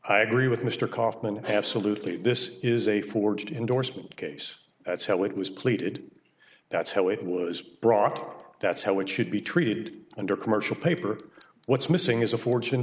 i agree with mr kaufman absolutely this is a forged indorsement case that's how it was pleaded that's how it was brought up that's how it should be treated under commercial paper what's missing is a fortune